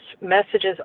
messages